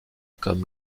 comme